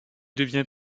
devient